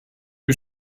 you